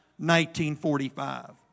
1945